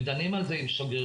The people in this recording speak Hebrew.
דנים על זה עם שגרירים.